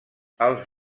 els